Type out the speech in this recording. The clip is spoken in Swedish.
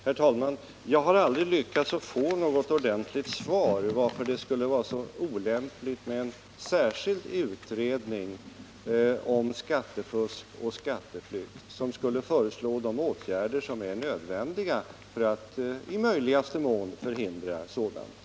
Herr talman! Jag har aldrig lyckats få något svar på frågan varför det skulle vara så olämpligt med en särskild utredning om skattefusk och skatteflykt som skulle föreslå de åtgärder som är nödvändiga för att i möjligaste mån förhindra sådant.